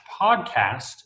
podcast